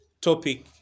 topic